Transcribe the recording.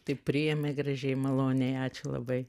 tai priėmė gražiai maloniai ačiū labai